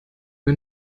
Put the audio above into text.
mir